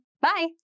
Bye